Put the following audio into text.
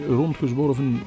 rondgezworven